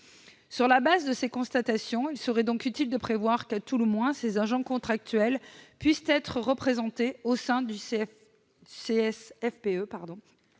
Sur la base de ces constatations, il serait donc utile de prévoir, à tout le moins, que ces agents contractuels puissent être représentés au sein du CSFPE,